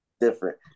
Different